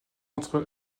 entre